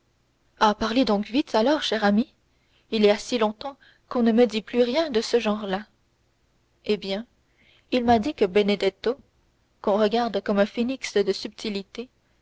parlez donc vite alors cher ami il y a si longtemps qu'on ne me dit plus rien de ce genre-là eh bien il m'a dit que benedetto qu'on regarde comme un phénix de subtilité